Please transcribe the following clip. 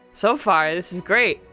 so far this is great.